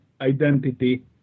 identity